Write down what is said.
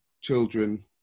children